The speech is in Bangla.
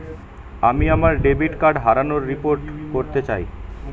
আমি আমার ডেবিট কার্ড হারানোর রিপোর্ট করতে চাই